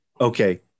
Okay